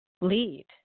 lead